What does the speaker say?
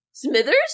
Smithers